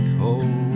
home